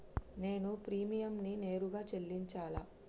నేను ప్రీమియంని నేరుగా చెల్లించాలా?